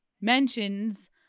mentions